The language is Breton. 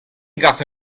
garfe